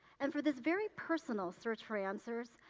and, for this very personal search for answers,